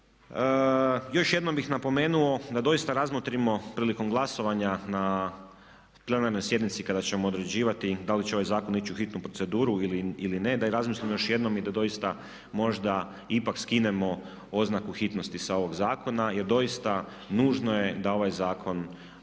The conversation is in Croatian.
još jednom bih napomenuo da doista razmotrimo prilikom glasovanja na plenarnoj sjednici kada ćemo određivati da li će ovaj zakon ići u hitnu proceduru ili ne, da razmislimo još jednom i da doista možda ipak skinemo oznaku hitnosti sa ovog zakona jer doista nužno je da ovaj zakon se